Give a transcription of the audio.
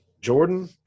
Jordan